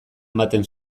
ematen